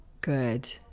good